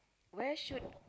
where should